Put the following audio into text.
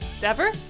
Dever